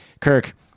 Kirk